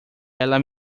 ela